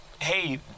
hey